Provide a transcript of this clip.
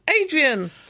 Adrian